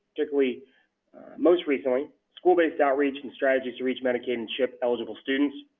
particularly most recently school-based outreach and strategies to reach medicaid and chip-eligible students,